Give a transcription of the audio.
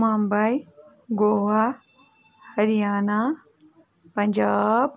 Mumbai Goa Haryana Punjab